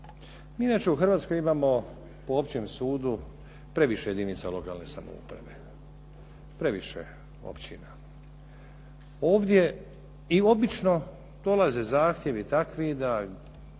Mi inače u Hrvatskoj imamo po općem sudu previše jedinica lokalne samouprave. Previše općina. Ovdje i obično dolaze zahtjevi takvi da